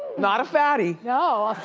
not a fatty, no,